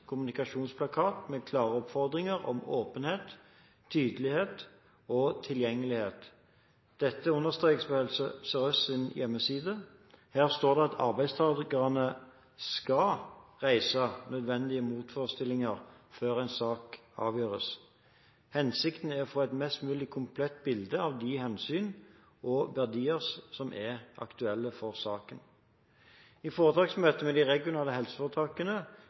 kommunikasjonsplakat med klare oppfordringer om åpenhet, tydelighet og tilgjengelighet. Dette understrekes på Helse Sør-Østs hjemmeside. Her står det at arbeidstakerne skal reise nødvendige motforestillinger før en sak avgjøres. Hensikten er å få et mest mulig komplett bilde av de hensyn og verdier som er aktuelle for saken. I foretaksmøtene med de regionale helseforetakene